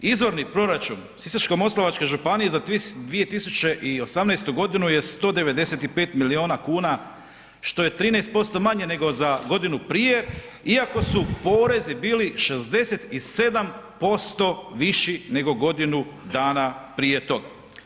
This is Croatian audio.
Izvorni proračun Sisačko-moslavačke županije za 2018.g. je 195 milijuna kuna, što je 13% manje nego za godinu prije iako su porezi bili 67% viši nego godinu dana prije toga.